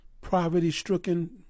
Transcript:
poverty-stricken